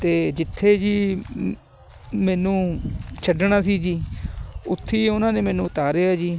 ਅਤੇ ਜਿੱਥੇ ਜੀ ਮੈਨੂੰ ਛੱਡਣਾ ਸੀ ਜੀ ਉੱਥੀ ਉਹਨਾਂ ਨੇ ਮੈਨੂੰ ਉਤਾਰਿਆ ਜੀ